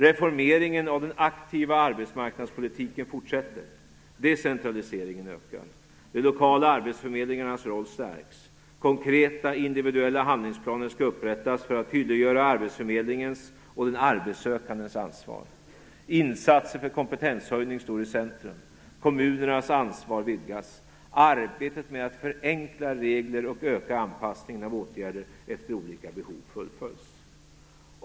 Reformeringen av den aktiva arbetsmarknadspolitiken fortsätter. Decentraliseringen ökar. De lokala arbetsförmedlingarnas roll stärks. Konkreta individuella handlingsplaner skall upprättas för att tydliggöra arbetsförmedlingens och den arbetssökandes ansvar. Insatser för kompetenshöjning står i centrum. Kommunernas ansvar vidgas. Arbetet med att förenkla regler och öka anpassningen av åtgärder efter olika behov fullföljs.